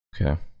Okay